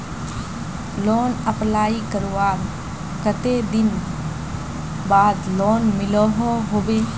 Loan apply करवार कते दिन बाद लोन मिलोहो होबे?